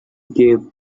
gave